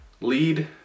lead